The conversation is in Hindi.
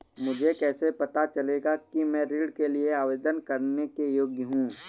मुझे कैसे पता चलेगा कि मैं ऋण के लिए आवेदन करने के योग्य हूँ?